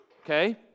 Okay